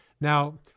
Now